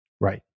Right